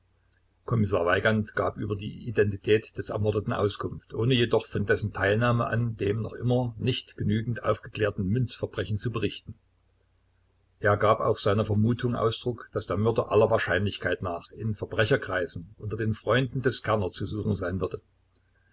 kommissar weigand gab über die identität des ermordeten auskunft ohne jedoch von dessen teilnahme an dem noch immer nicht genügend aufgeklärten münzverbrechen zu berichten er gab auch seiner vermutung ausdruck daß der mörder aller wahrscheinlichkeit nach in verbrecherkreisen unter den freunden des kerner zu suchen sein würde